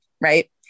right